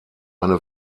eine